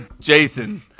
Jason